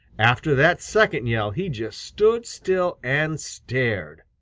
after that second yell he just stood still and stared.